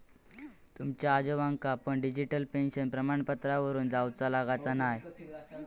तुमच्या आजोबांका पण डिजिटल पेन्शन प्रमाणपत्रावरून जाउचा लागाचा न्हाय